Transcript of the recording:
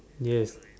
yes